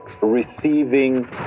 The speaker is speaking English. receiving